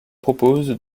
propose